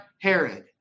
Herod